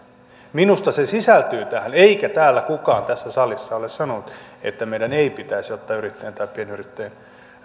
minusta se sisältyy tähän eikä täällä kukaan tässä salissa ole sanonut että meidän ei pitäisi ottaa yrittäjän tai pienyrittäjän